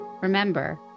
Remember